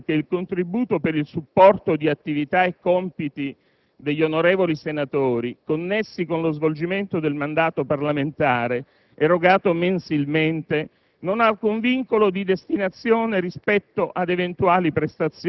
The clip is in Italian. «Mi corre l'obbligo di precisarle che il contributo per il supporto di attività e compiti degli onorevoli senatori connessi con lo svolgimento del mandato parlamentare, erogato mensilmente,